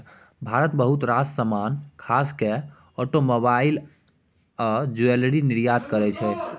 भारत बहुत रास समान खास केँ आटोमोबाइल आ ज्वैलरी निर्यात करय छै